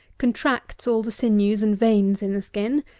contracts all the sinews and veins in the skin,